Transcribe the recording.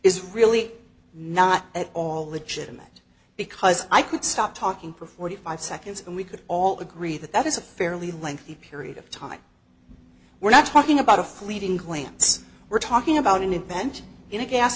is really not at all legitimate because i could stop talking for forty five seconds and we could all agree that that is a fairly lengthy period of time we're not talking about a fleeting glance we're talking about an event in a gas